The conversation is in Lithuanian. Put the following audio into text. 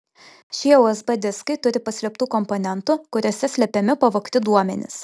šie usb diskai turi paslėptų komponentų kuriuose slepiami pavogti duomenys